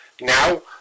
Now